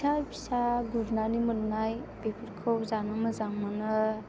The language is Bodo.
फिसा फिसा गुरनानै मोननाय बेफोरखौ जानो मोजां मोनो